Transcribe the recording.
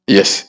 Yes